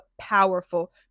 powerful